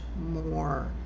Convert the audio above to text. more